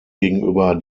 gegenüber